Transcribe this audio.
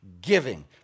giving